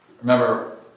Remember